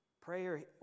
Prayer